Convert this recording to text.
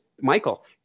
Michael